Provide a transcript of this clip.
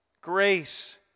Grace